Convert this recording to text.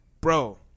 bro